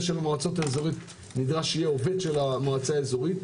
של המועצה האזורית נדרש שיהיה עובד של המועצה האזורית.